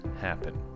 happen